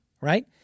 right